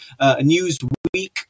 Newsweek